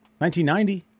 1990